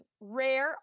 rare